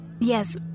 Yes